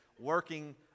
working